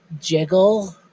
Jiggle